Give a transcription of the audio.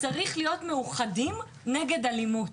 צריכים להיות מאוחדים נגד אלימות,